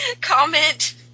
comment